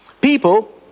People